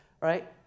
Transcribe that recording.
Right